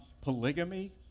polygamy